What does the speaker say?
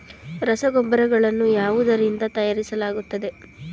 ರಸಗೊಬ್ಬರಗಳನ್ನು ಯಾವುದರಿಂದ ತಯಾರಿಸಲಾಗುತ್ತದೆ?